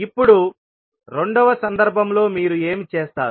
ఇప్పుడు రెండవ సందర్భంలో మీరు ఏమి చేస్తారు